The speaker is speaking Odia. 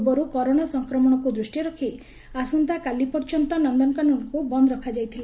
ପୂର୍ବରୁ କରୋନା ସଂକ୍ରମଣକୁ ଦୂଷ୍ଟିରେ ରଖି ଆସନ୍ତାକାଲି ପର୍ଯ୍ୟନ୍ତ ନନକାନନକୁ ବନ୍ଦ ରଖାଯାଇଥିଲା